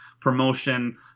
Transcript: promotion